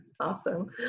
awesome